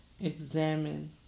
Examine